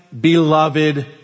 beloved